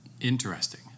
Interesting